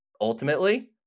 ultimately